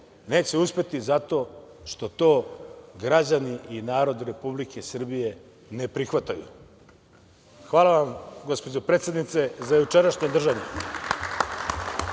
neće uspeti zato što to građani, a i narod Republike Srbije ne prihvataju. Hvala vam, gospođo predsednice, za jučerašnje držanje.